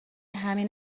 همین